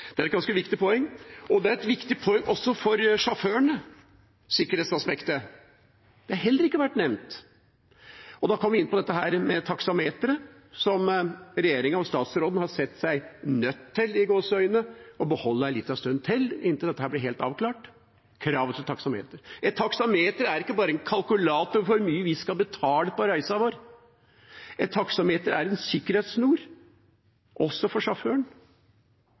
Det er et ganske viktig poeng. Sikkerhetsaspektet er et viktig poeng også for sjåførene. Det har heller ikke vært nevnt. Da kommer vi inn på dette med taksameteret, som regjeringa og statsråden har sett seg «nødt til» å beholde en liten stund til, inntil kravet til taksameter blir helt avklart. Et taksameter er ikke bare en kalkulator som viser hvor mye vi skal betale for reisen vår. Et taksameter er en sikkerhetssnor også for